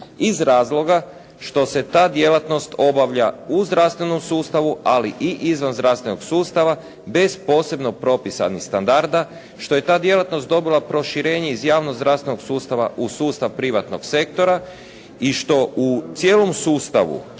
iz razloga što se ta djelatnost obavlja u zdravstvenom sustavu, ali i izvan zdravstvenog sustava bez posebno propisanih standarda, što je ta djelatno dobila proširenje iz javnozdravstvenog sustava u sustav privatnog sektora i što u cijelom sustavu